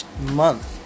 month